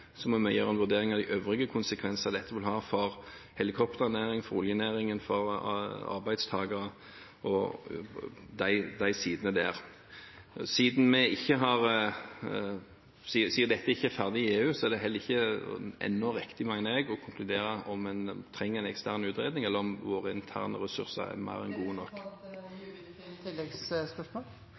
Så må vi gjøre en vurdering av de øvrige konsekvenser dette vil ha for helikopternæringen, for oljenæringen, for arbeidstakere og de sidene av det. Siden dette ikke er ferdig i EU, er det ennå heller ikke riktig, mener jeg, å konkludere med om en trenger en ekstern utredning, eller om våre interne ressurser er mer enn